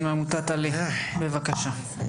מורגנשטרן, עמותת על״ה, בבקשה.